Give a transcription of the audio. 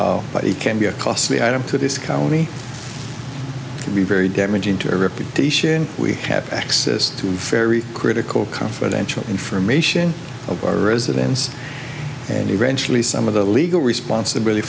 but it can be a costly item to this county can be very damaging to our reputation we have access to ferry critical confidential information of our residence and eventually some of the legal responsibility